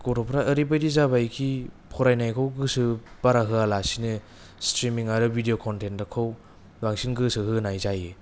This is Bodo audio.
गथ'फ्रा ओरैबायदि जाबायखि फरायनायखौ गोसो बारा होआलासेनो स्त्रिमिं आरो भिदिअ कन्तेन्तखौ बांसिन गोसो होनाय जायो